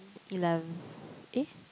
elev~ eh